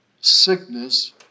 sickness